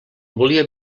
volia